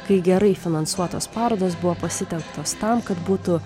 kai gerai finansuotos parodos buvo pasitelktos tam kad būtų